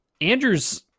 Andrew's